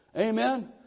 Amen